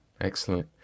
Excellent